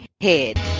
head